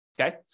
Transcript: okay